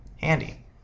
Handy